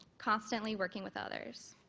constantly working with others.